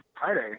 Friday